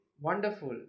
wonderful